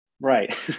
right